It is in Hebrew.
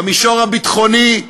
במישור הביטחוני: